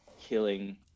killing